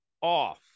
off